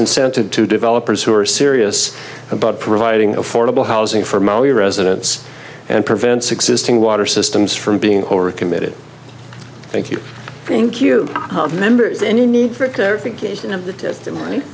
incentive to developers who are serious about providing affordable housing for mali residents and prevents existing water systems from being overcommitted thank you thank you members any need for th